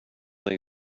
lay